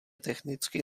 technicky